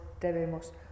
debemos